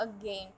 again